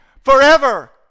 forever